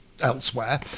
elsewhere